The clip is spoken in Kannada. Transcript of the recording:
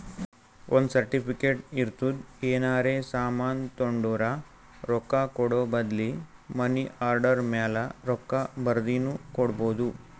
ಒಂದ್ ಸರ್ಟಿಫಿಕೇಟ್ ಇರ್ತುದ್ ಏನರೇ ಸಾಮಾನ್ ತೊಂಡುರ ರೊಕ್ಕಾ ಕೂಡ ಬದ್ಲಿ ಮನಿ ಆರ್ಡರ್ ಮ್ಯಾಲ ರೊಕ್ಕಾ ಬರ್ದಿನು ಕೊಡ್ಬೋದು